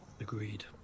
Agreed